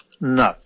No